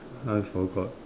I forgot